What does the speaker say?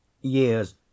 Years